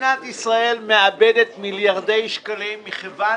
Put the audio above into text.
מדינת ישראל מאבדת מיליארדי שקלים מכיוון